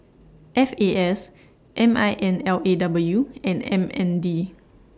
F A S M I N L A W and M N D